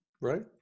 right